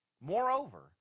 Moreover